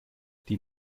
die